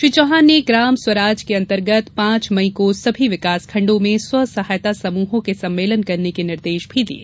श्री चौहान ने ग्राम स्वराज के अंतर्गत पांच मई को सभी विकासखंड़ों में स्वसहायता समूहों के सम्मेलन करने के निर्देश भी दिये